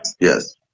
yes